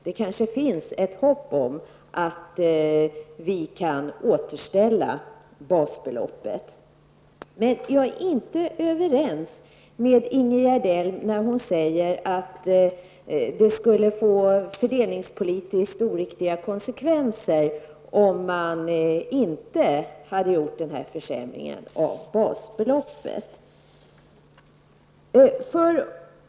Det kanske finns ett hopp om att vi kan återställa basbeloppet. Men jag är inte överens med Ingegerd Elm när hon säger att det skulle få fördelningspolitiskt oriktiga konsekvenser om man inte hade gjort den här försämringen av basbeloppet.